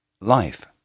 Life